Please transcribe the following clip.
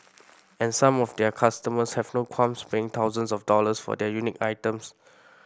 and some of their customers have no qualms paying thousands of dollars for the unique items